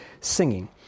singing